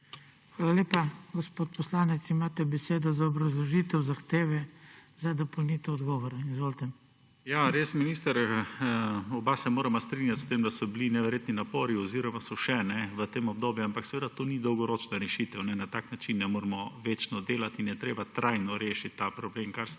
Hvala lepa. Gospod poslanec, imate besedo za obrazložitev zahteve za dopolnitev odgovora. Izvolite. **JOŽE LENART (PS LMŠ):** Res minister, oba se morava strinjati s tem, da so bili neverjetni napori oziroma so še v tem obdobju, ampak seveda to ni dolgoročna rešitev. Na tak način ne moramo večno delati in je treba trajno rešiti ta problem, kar ste